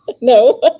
No